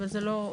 אבל זה לא קורה.